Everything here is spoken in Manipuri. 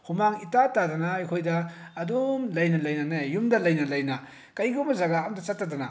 ꯍꯨꯃꯥꯡ ꯏꯇꯥ ꯇꯥꯗꯅ ꯑꯩꯈꯣꯏꯗ ꯑꯗꯨꯝ ꯂꯩꯅ ꯂꯩꯅꯅꯦ ꯌꯨꯝꯗ ꯂꯩꯅ ꯂꯩꯅ ꯀꯩꯒꯨꯝꯕ ꯖꯒꯥ ꯑꯃꯗ ꯆꯠꯇꯗꯅ